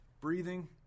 Breathing